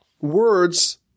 Words